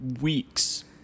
weeks